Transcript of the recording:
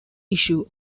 issue